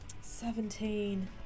Seventeen